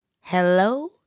Hello